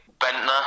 Bentner